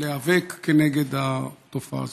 להיאבק כנגד התופעה הזאת.